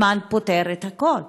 הזמן פותר את הכול.